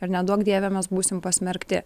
ar neduok dieve mes būsim pasmerkti